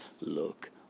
Look